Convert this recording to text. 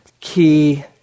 key